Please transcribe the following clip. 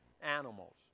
animals